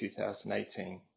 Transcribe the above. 2018